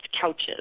couches